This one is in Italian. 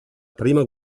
prima